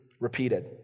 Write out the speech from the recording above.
repeated